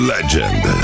Legend